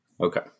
Okay